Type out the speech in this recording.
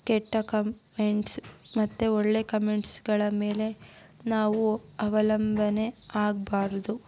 ಕೆಟ್ಟ ಕಮೆಂಟ್ಸ್ ಮತ್ತು ಒಳ್ಳೆಯ ಕಮೆಂಟ್ಸ್ಗಳ ಮೇಲೆ ನಾವು ಅವಲಂಬನೆ ಆಗಬಾರದು